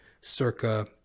circa